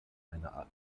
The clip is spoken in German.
eine